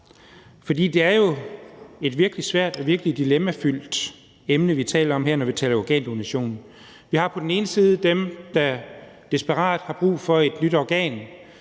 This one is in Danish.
For det er jo et virkelig svært og dilemmafyldt emne, vi taler om, når vi taler om organdonation. Vi har på den ene side dem, der desperat har brug for et nyt organ,